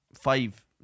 Five